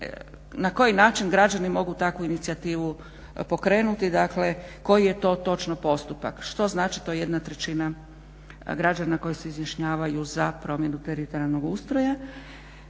na koji način mogu građani takvu inicijativu pokrenuti, dakle koji je to točno postupak, što znači to jedna trećina građana koji se izjašnjavaju za promjenu teritorijalnog ustroja.